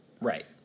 Right